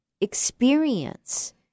experience